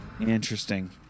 Interesting